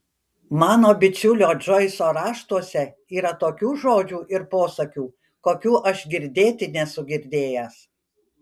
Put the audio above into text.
mano bičiulio džoiso raštuose yra tokių žodžių ir posakių kokių aš girdėti nesu girdėjęs